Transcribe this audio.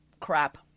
Crap